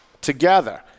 together